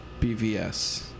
BVS